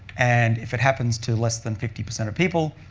and if it happens to less than fifty percent of people,